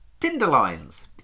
tinderlines